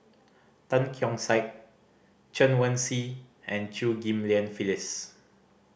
Tan Keong Saik Chen Wen Hsi and Chew Ghim Lian Phyllis